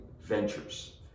ventures